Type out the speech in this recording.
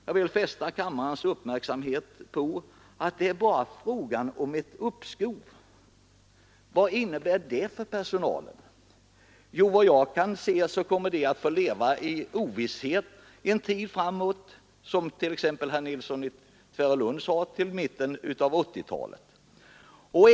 Jag vill fästa kammarens uppmärksamhet på att det bara är fråga om ett uppskov. Vad innebär det för personalen? Vad jag kan se kommer de att få leva i ovisshet en tid framåt, exempelvis till mitten av 1980-talet, som herr Nilsson i Tvärålund sade.